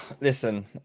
listen